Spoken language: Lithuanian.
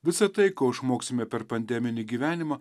visa tai ko išmoksime per pandeminį gyvenimą